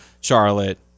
Charlotte